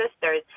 sisters